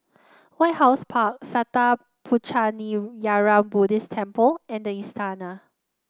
White House Park Sattha Puchaniyaram Buddhist Temple and the Istana